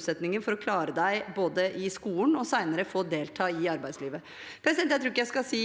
både å klare seg i skolen og å få delta i arbeidslivet senere. Jeg tror ikke jeg skal si